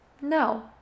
no